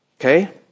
Okay